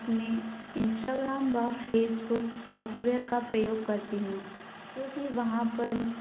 अपने इंस्टाग्राम व Facebook software का प्रयोग करती हूँ क्योंकि वहाँ पर